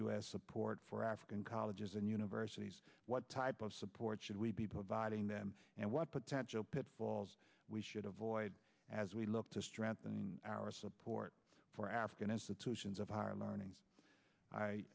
s support for african colleges and universities what type of support should we be providing them and what potential pitfalls we should avoid as we look to strengthening our support for african institutions of higher learning i